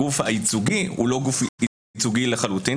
הגוף הייצוגי הוא לא גוף ייצוגי לחלוטין,